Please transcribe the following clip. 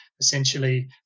essentially